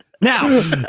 Now